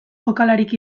jokalarik